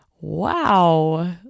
Wow